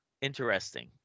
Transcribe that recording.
Interesting